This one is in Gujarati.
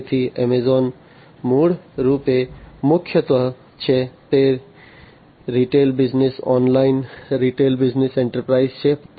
તેથી એમેઝોન મૂળરૂપે મુખ્યત્વે છે તે retail business online retail business એન્ટરપ્રાઈઝછે